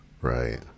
right